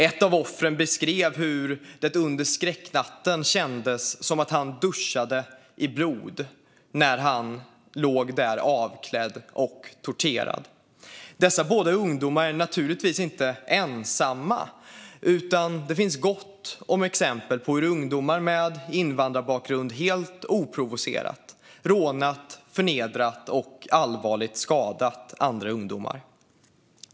Ett av offren beskrev hur det under skräcknatten kändes som att han "duschade i blod" när han låg där avklädd och torterad. Dessa båda ungdomar är naturligtvis inte ensamma, utan det finns gott om exempel på hur ungdomar med invandrarbakgrund helt oprovocerat har rånat, förnedrat och allvarligt skadat andra ungdomar.